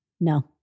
no